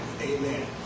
Amen